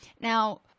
Now